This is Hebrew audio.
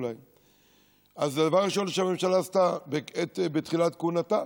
אז דבר ראשון שהממשלה עשתה בתחילת כהונתה,